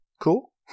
cool